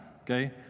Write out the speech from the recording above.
okay